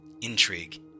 intrigue